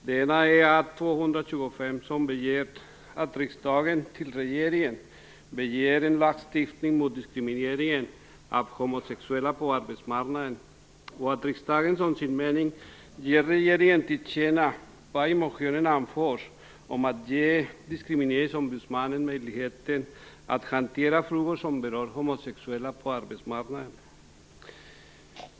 Den ena är A225, vari yrkas att riksdagen hos regeringen begär förslag till en lagstiftning mot diskriminering av homosexuella på arbetsmarknaden och att riksdagen som sin mening ger regeringen till känna vad i motionen anförs om att ge Diskrimineringsombudsmannen möjlighet att hantera frågor som berör homosexuella på arbetsmarknaden.